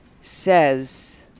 says